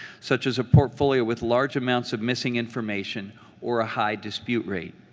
such as a portfolio with large amounts of missing information or a high dispute rate.